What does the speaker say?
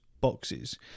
boxes